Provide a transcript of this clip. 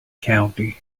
county